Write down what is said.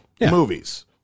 movies